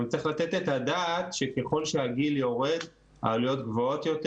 גם צריך לתת את הדעת שככל שהגיל יורד העלויות גבוהות יותר